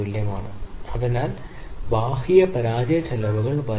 എന്തിനാണ് അനുവദിക്കേണ്ടതെന്നതാണ് ചോദ്യം 1